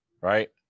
right